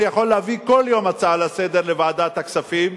אני יכול להביא כל יום הצעה לסדר לוועדת הכספים.